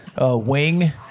wing